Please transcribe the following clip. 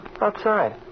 Outside